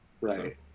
right